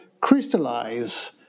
crystallize